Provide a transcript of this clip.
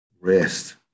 Rest